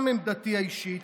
גם עמדתי האישית,